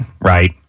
right